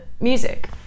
music